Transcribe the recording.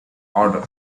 order